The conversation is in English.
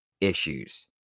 issues